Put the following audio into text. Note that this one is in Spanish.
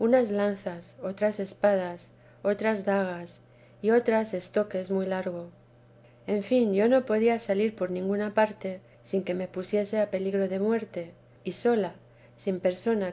unas lanzas otras espadas otras dagas y otras estoques muy largos en fin yo no podía salir por ninguna parte sin que me pusiese a peligro de muerte y sola sin persona